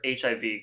hiv